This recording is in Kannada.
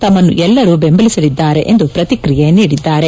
ತಮ್ನನ್ನು ಎಲ್ಲರೂ ಬೆಂಬಲಿಸಿದ್ಲಾರೆ ಎಂದು ಪ್ರತಿಕ್ರಿಯೆ ನೀಡಿದ್ದಾರೆ